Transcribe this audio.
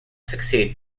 succeed